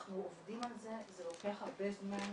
אנחנו עובדים על זה, זה לוקח הרבה זמן.